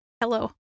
Hello